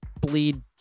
bleed